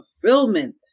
fulfillment